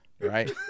right